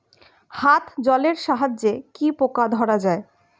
হাত জলের সাহায্যে কি পোকা ধরা যায়?